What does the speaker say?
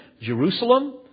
Jerusalem